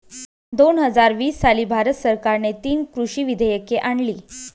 दोन हजार वीस साली भारत सरकारने तीन कृषी विधेयके आणली